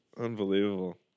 Unbelievable